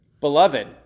Beloved